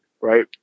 right